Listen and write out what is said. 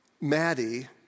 Maddie